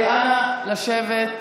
אנא, לשבת.